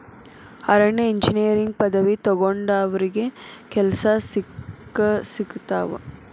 ಅರಣ್ಯ ಇಂಜಿನಿಯರಿಂಗ್ ಪದವಿ ತೊಗೊಂಡಾವ್ರಿಗೆ ಕೆಲ್ಸಾ ಸಿಕ್ಕಸಿಗತಾವ